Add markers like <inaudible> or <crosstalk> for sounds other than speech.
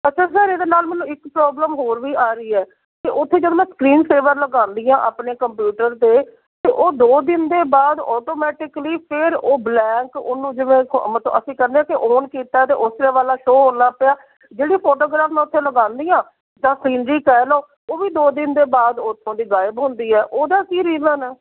ਅੱਛਾ ਸਰ ਇਹਦੇ ਨਾਲ ਮੈਨੂੰ ਇੱਕ ਪ੍ਰੋਬਲਮ ਹੋਰ ਵੀ ਆ ਰਹੀ ਹੈ ਅਤੇ ਉੱਥੇ ਜਦੋਂ ਮੈਂ ਸਕਰੀਨ ਸੇਵਰ ਲਗਾਉਂਦੀ ਹਾਂ ਆਪਣੇ ਕੰਪਿਊਟਰ 'ਤੇ ਅਤੇ ਉਹ ਦੋ ਦਿਨ ਦੇ ਬਾਅਦ ਔਟੋਮੈਟਿਕਲੀ ਫਿਰ ਉਹ ਬਲੈਂਕ ਉਹਨੂੰ ਜਿਵੇਂ <unintelligible> ਅਸੀਂ ਕਹਿੰਦੇ ਹਾਂ ਕਿ ਔਨ ਕੀਤਾ ਅਤੇ ਉਸੇ ਵਾਲਾ ਸ਼ੋ ਹੋਣ ਲੱਗ ਪਿਆ ਜਿਹੜੀ ਫੋਟੋਗ੍ਰਾਫ਼ ਮੈਂ ਉੱਥੇ ਲਗਾਉਂਦੀ ਹਾਂ ਜਾਂ ਸੀਨਰੀ ਕਹਿ ਲਉ ਉਹ ਵੀ ਦੋ ਦਿਨ ਦੇ ਬਾਅਦ ਉੱਥੋਂ ਦੀ ਗਾਇਬ ਹੁੰਦੀ ਹੈ ਉਹਦਾ ਕੀ ਰੀਜ਼ਨ ਆ